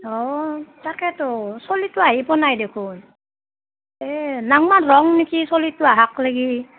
অঁ তাকেতো চ'লিটু আহি প' নাই দেখুন এই নাংমান ৰং নেকি চ'লিটু আহাক লেগি